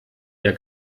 der